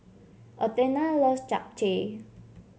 Athena loves Japchae